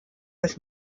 des